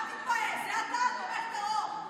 אל תתבאס, אתה תומך טרור.